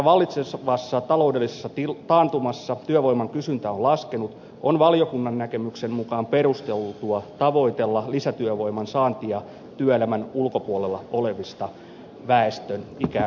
vaikka vallitsevassa taloudellisessa taantumassa työvoiman kysyntä on laskenut on valiokunnan näkemyksen mukaan perusteltua tavoitella lisätyövoiman saantia työelämän ulkopuolella olevista väestön ikääntyessä